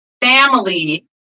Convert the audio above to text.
family